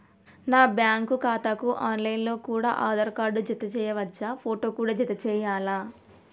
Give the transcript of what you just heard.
నా బ్యాంకు ఖాతాకు online లో కూడా ఆధార్ కార్డు జత చేయవచ్చా ఫోటో కూడా జత చేయాలా?